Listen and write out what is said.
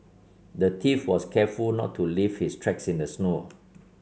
the thief was careful not to leave his tracks in the snow